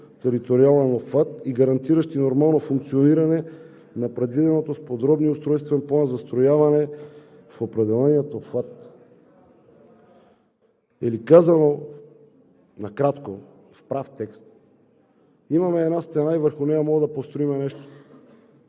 териториален обхват и гарантиращи нормално функциониране на предвиденото с Подробния устройствен план застрояване в определения обхват.“ Казано накратко и в прав текст: имаме една стена и върху нея можем да построим нещо,